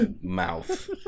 mouth